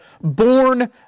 born